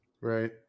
right